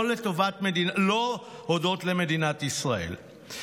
לא הודות למדינת ישראל.